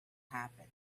happen